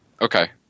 Okay